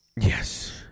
yes